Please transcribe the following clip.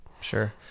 Sure